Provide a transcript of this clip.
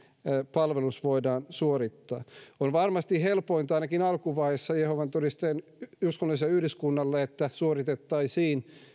palvelus voidaan suorittaa on varmasti helpointa ainakin alkuvaiheessa jehovan todistajien uskonnolliselle yhdyskunnalle että se suoritettaisiin